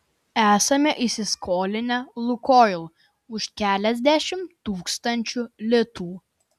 esame įsiskolinę lukoil už keliasdešimt tūkstančių litų